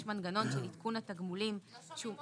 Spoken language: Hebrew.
יש מנגנון של עדכון התגמולים --- לא שומעים.